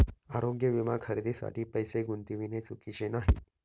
आरोग्य विमा खरेदीसाठी पैसे गुंतविणे चुकीचे नाही